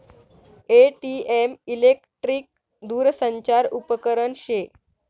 ATM electric दूरसंचार उपकरन शे